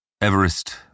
Everest